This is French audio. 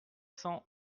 cent